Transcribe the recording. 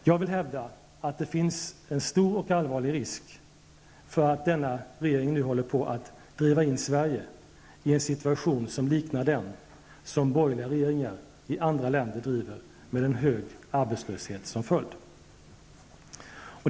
Jag vill hävda att det finns en stor och allvarlig risk för att denna regering nu håller på att driva Sverige in i en situation som liknar den som borgerliga regeringar i andra länder driver, med en hög arbetslöshet som följd.